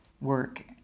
work